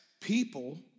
people